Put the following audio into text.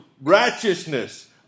righteousness